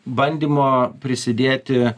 bandymo prisidėti